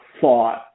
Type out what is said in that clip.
thought